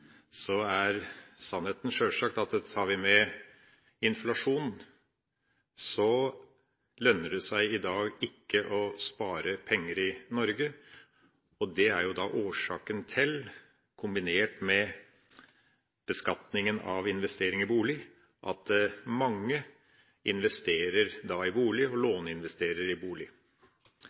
så det blir ingen 100 pst. beskatning av sparing. Når det er sagt, er sannheten sjølsagt at tar vi med inflasjon, lønner det seg i dag ikke å spare penger i Norge. Det er jo årsaken til – kombinert med beskatninga av investering i bolig – at mange investerer i bolig og låneinvesterer i bolig.